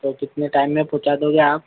तो कितने टाइम में पहुँचा देंगे आप